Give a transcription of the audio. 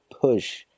push